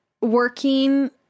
working